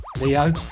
Leo